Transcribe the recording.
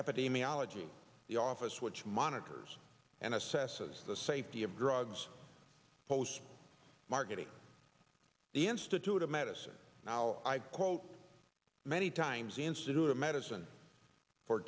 epidemiology the office which monitors and assesses the safety of drugs post marketing the institute of medicine now many times institute of medicine for